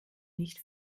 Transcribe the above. nicht